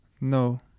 No